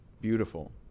beautiful